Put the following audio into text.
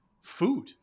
food